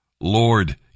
Lord